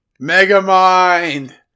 Megamind